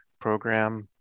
program